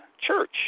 Church